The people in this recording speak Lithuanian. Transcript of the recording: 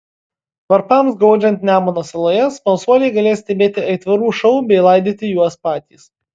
varpams gaudžiant nemuno saloje smalsuoliai galės stebėti aitvarų šou bei laidyti juos patys